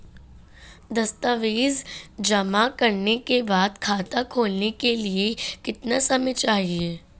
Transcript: दस्तावेज़ जमा करने के बाद खाता खोलने के लिए कितना समय चाहिए?